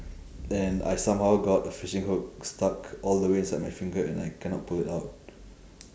then I somehow got a fishing hook stuck all the way inside my finger and I cannot pull it out